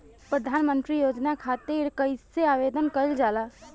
प्रधानमंत्री योजना खातिर कइसे आवेदन कइल जाला?